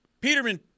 Peterman